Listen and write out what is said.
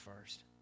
first